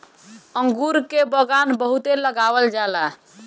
अंगूर के बगान बहुते लगावल जाला